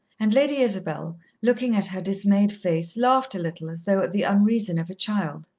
and lady isabel, looking at her dismayed face, laughed a little as though at the unreason of a child.